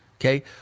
Okay